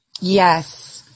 Yes